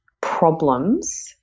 problems